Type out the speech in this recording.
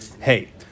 Hey